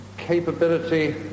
capability